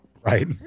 Right